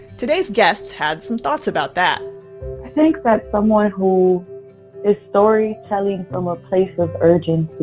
today's guests had some thoughts about that i think that someone who is storytelling from a place of urgency